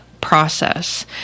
process